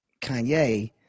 Kanye